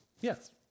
Yes